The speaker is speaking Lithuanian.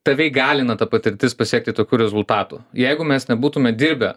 tave įgalina ta patirtis pasiekti tokių rezultatų jeigu mes nebūtume dirbę